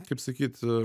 kaip sakyt